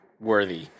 worthy